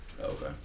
Okay